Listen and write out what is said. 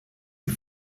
die